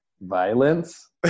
violence